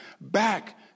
back